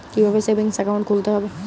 কীভাবে savings account খুলতে হবে?